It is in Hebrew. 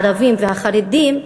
הערבים והחרדים,